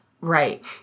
Right